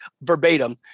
verbatim